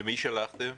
למי שלחתם?